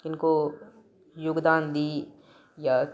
किनको योगदान दी या